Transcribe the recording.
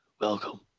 Welcome